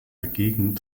dagegen